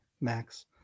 Max